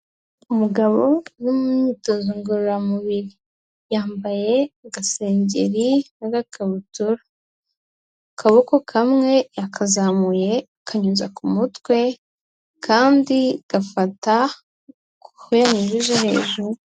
Umugabo uri mu myitozo ngororamubiri, yambaye agasengeri n'agakabutura, akaboko kamwe yakazamuye, akanyuza ku mutwe, akandi gafata kuko yanyujije hejuru.